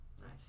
Nice